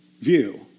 view